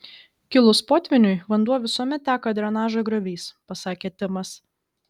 kilus potvyniui vanduo visuomet teka drenažo grioviais pasakė timas